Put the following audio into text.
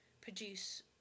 produce